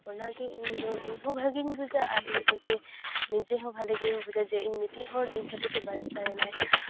ᱚᱱᱟᱜᱮ ᱤᱧᱫᱚ ᱤᱧᱦᱚᱸ ᱵᱷᱟᱜᱮᱧ ᱵᱩᱡᱟ ᱟᱨ ᱤᱧᱦᱚᱸ ᱡᱮ ᱱᱤᱡᱮ ᱦᱚᱸ ᱵᱷᱟᱞᱮ ᱜᱮᱧ ᱵᱩᱡᱟ ᱡᱮ ᱤᱧ ᱢᱤᱫᱴᱤᱡ ᱦᱚᱲ ᱤᱧ ᱠᱷᱟᱹᱛᱤᱨ ᱛᱮ ᱵᱟᱧᱪᱟᱣ ᱮᱱᱟᱭ